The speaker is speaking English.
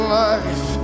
life